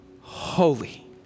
holy